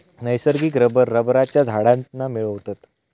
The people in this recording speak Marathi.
नैसर्गिक रबर रबरच्या झाडांतना मिळवतत